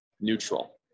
neutral